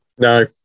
No